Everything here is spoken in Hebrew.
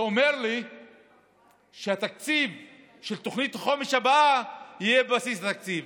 זה אומר לי שהתקציב של תוכנית החומש הבאה יהיה בסיס התקציב.